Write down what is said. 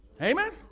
Amen